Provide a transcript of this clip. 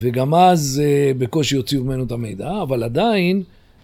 וגם אז בקושי יוציאו ממנו את המידע, אבל עדיין...